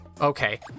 okay